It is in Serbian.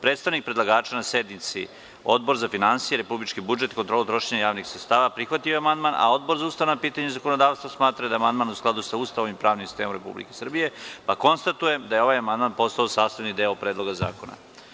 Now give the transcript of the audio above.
Predstavnik predlagača na sednici Odbora za finansije, republički budžet i kontrolu trošenja javnih sredstava prihvatio je amandman, a Odbor za ustavna pitanja i zakonodavstvo smatra da je amandman u skladu sa Ustavom i pravnim sistemom RS, pa konstatujem da je ovaj amandman postao sastavni deo Predloga zakona.